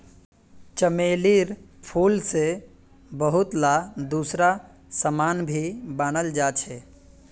चमेलीर फूल से बहुतला दूसरा समान भी बनाल जा छे